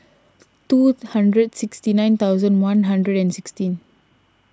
two hundred sixty nine thousand one hundred and sixteen